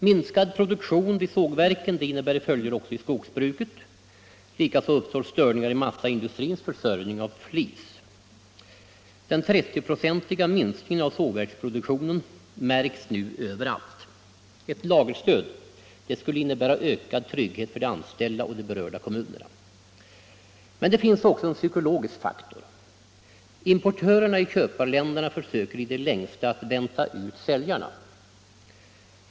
Minskad produktion vid sågverken innebär följder också i skogsbruket. Likaså uppstår störningar i massaindustrins försörjning av flis. Den 30-procentiga minskningen av sågverksproduktionen märks nu överallt. Ett lagerstöd skulle innebära ökad trygghet för de anställda och de berörda kommunerna. Men det finns här också en psykologisk faktor. Importörerna i köparländerna söker i det längsta vänta ut säljarna.